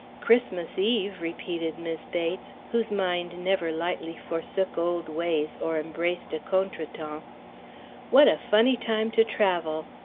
christmas eve, repeated mis' bates, whose mind never lightly forsook old ways or embraced a contretemps what a funny time to travel.